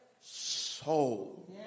soul